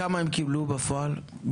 כמה הם קיבלו בפועל?